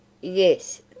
Yes